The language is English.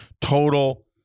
total